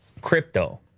Crypto